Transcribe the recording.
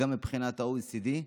גם מבחינת ה-OECD,